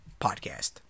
podcast